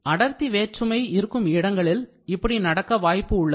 அடர்த்தி வேற்றுமை இருக்கும் இடங்களில் இப்படி நடக்க வாய்ப்பு உள்ளது